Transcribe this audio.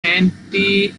anti